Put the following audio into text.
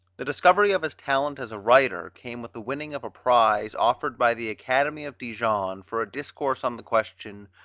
the discovery of his talent as a writer came with the winning of a prize offered by the academy of dijon for a discourse on the question,